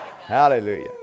Hallelujah